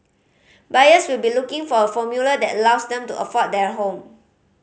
buyers will be looking for a formula that allows them to afford their home